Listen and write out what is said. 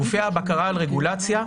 גופי הבקרה על רגולציה,